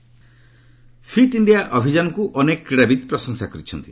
fit India fit India ଆନ୍ଦୋଳନକୁ ଅନେକ କ୍ରୀଡ଼ାବିତ୍ ପ୍ରଶଂସା କରିଛନ୍ତି